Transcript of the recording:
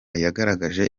yagaragaje